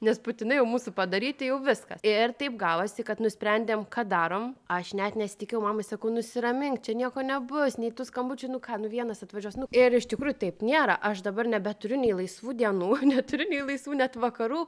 nes putinai jau mūsų padaryti jau viskas ir taip gavosi kad nusprendėm ką darom aš net nesitikėjau mamai sakau nusiramink čia nieko nebus nei tų skambučių nu ką nu vienas atvažiuos nu ir iš tikrųjų taip nėra aš dabar nebeturiu nei laisvų dienų neturiu nei laisvų net vakarų